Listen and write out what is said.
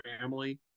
family